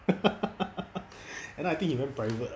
end up I think he went private ah